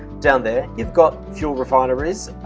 down there you've got oil refineries,